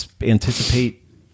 anticipate